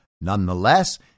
Nonetheless